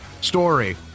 story